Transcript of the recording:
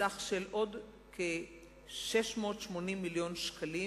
בסך של עוד כ-680 מיליון שקלים.